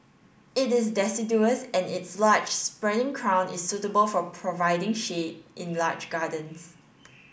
it is deciduous and its large spreading crown is suitable for providing shade in large gardens